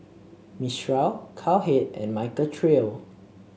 Mistral Cowhead and Michael Trio